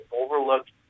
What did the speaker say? overlooked